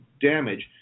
damage